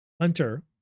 Hunter